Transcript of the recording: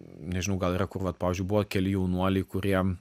nežinau gal yra kur vat pavyzdžiui buvo keli jaunuoliai kurie